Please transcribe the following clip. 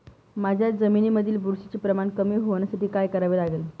माझ्या जमिनीमधील बुरशीचे प्रमाण कमी होण्यासाठी काय करावे लागेल?